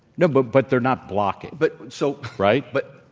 no, but but they're not blocking. but so right? but